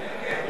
ההצעה